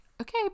Okay